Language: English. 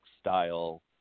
style